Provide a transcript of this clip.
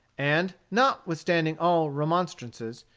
and notwithstanding all remonstrances.